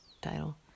title